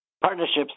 Partnerships